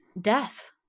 Death